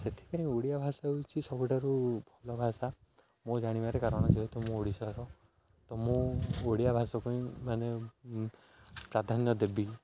ସେଥିପାଇଁ ଓଡ଼ିଆ ଭାଷା ହଉଚି ସବୁଠାରୁ ଭଲ ଭାଷା ମୁଁ ଜାଣିବାରେ କାରଣ ଯେହେତୁ ମୁଁ ଓଡ଼ିଶାର ତ ମୁଁ ଓଡ଼ିଆ ଭାଷାକୁ ମାନେ ପ୍ରାଧାନ୍ୟ ଦେବି